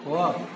ವಾಹ್